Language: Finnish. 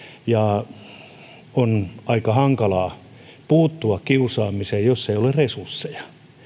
ja on aika hankalaa puuttua kiusaamiseen jos ei ole resursseja